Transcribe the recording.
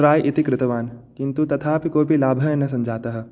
try इति कृतवान् किन्तु तथापि कोपि लाभः न सञ्जातः